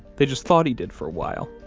they just thought he did for a while.